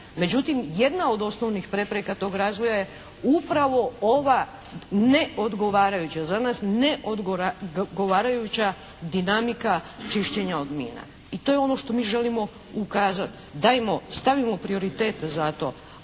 Međutim, jedna od osnovnih prepreka tog razvoja je upravo ova neodgovarajuća, za nas neodgovarajuća dinamika čišćenja od mina i to je ono što mi želimo ukazati. Dajmo, stavimo prioritet za to.